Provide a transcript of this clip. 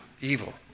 evil